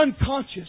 unconscious